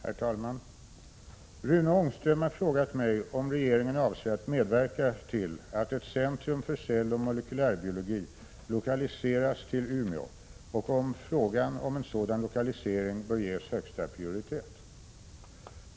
Herr talman! Rune Ångström har frågat mig om regeringen avser att medverka till att ett centrum för celloch molekylärbiologi lokaliseras till Umeå och om frågan om en sådan lokalisering bör ges högsta prioritet.